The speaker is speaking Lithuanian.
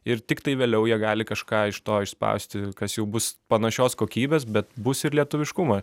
ir tiktai vėliau jie gali kažką iš to išspausti kas jau bus panašios kokybės bet bus ir lietuviškumo